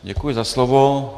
Děkuji za slovo.